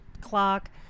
clock